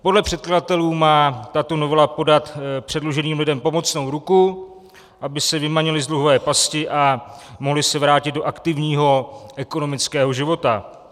Podle předkladatelů má tato novela podat předluženým lidem pomocnou ruku, aby se vymanili z dluhové pasti a mohli se vrátit do aktivního ekonomického života.